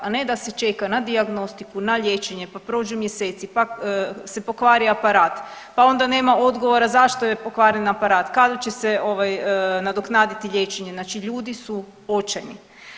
A ne da se čeka na dijagnostiku, na liječenje pa prođu mjeseci, pa se pokvari aparat, pa onda nema odgovora zašto je pokvaren aparat, kada će se ovaj nadoknaditi liječenje, znači ljudi su očajni.